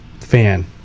fan